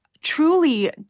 truly